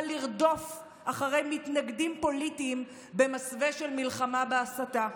לרדוף אחרי מתנגדים פוליטיים במסווה של מלחמה בהסתה.